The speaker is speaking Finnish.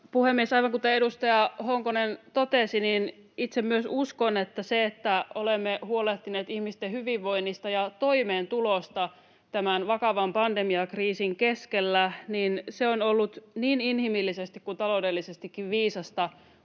puhemies! Aivan kuten edustaja Honkonen totesi, ja myös itse uskon niin, se, että olemme huolehtineet ihmisten hyvinvoinnista ja toimeentulosta tämän vakavan pandemiakriisin keskellä, on ollut niin inhimillisesti kuin taloudellisestikin viisasta